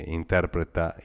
interpreta